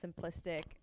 simplistic